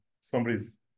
somebody's